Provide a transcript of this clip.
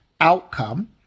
outcome